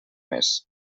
més